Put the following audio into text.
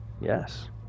yes